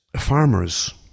Farmers